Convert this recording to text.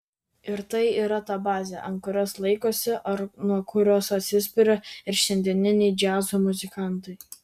ir tai yra ta bazė ant kurios laikosi ar nuo kurios atsispiria ir šiandieniniai džiazo muzikantai